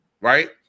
Right